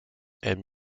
and